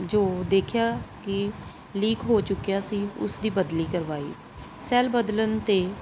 ਜੋ ਦੇਖਿਆ ਕਿ ਲੀਕ ਹੋ ਚੁੱਕਿਆ ਸੀ ਉਸ ਦੀ ਬਦਲੀ ਕਰਵਾਈ ਸੈਲ ਬਦਲਣ 'ਤੇ